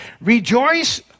rejoice